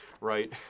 right